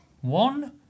One